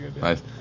Nice